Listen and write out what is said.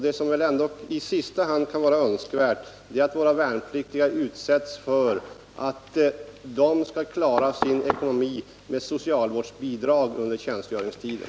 Det som minst av allt kan vara önskvärt är att våra värnpliktiga utsätts för nödvändigheten att klara sin ekonomi med socialvårdsbidrag under tjänstgöringstiden.